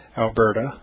Alberta